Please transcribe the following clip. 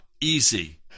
easy